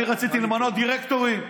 אני רציתי למנות דירקטורים,